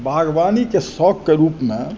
बागवानीके शौकके रुपमे